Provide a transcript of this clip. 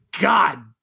God